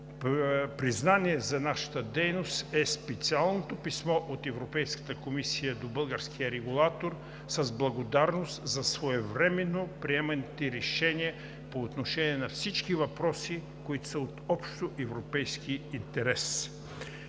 Признание за нашата дейност е специалното писмо от Европейската комисия до българския регулатор с благодарност за своевременно приеманите решения по отношение на всички въпроси, които са от общоевропейски интерес.